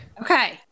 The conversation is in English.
Okay